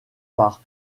par